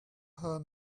her